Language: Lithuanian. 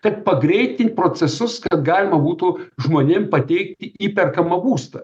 kaip pagreitint procesus kad galima būtų žmonėm pateikti įperkamą būstą